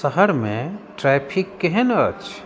शहर मे ट्रैफिक केहन अछि